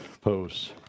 posts